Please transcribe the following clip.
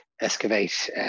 excavate